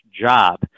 job